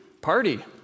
party